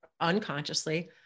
unconsciously